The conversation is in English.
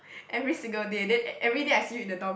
every single day then e~ everyday I see you in the dorm